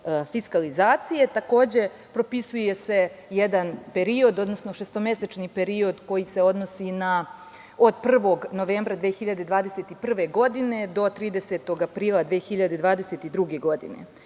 fiskalizacije, takođe, propisuje se jedan period odnosno šestomesečni period koji se odnosi na period od 1. novembra 2021. godine do 30. aprila 2022. godine.